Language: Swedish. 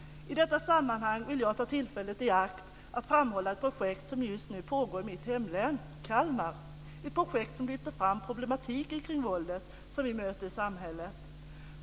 I detta sammanhang vill jag ta tillfället i akt att framhålla ett projekt som just nu pågår i mitt hemlän, i Kalmar. Det är ett projekt som lyfter fram problemen kring våldet som vi möter i samhället.